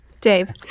Dave